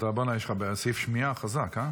בוא הנה, יש לך סעיף שמיעה חזק, אה?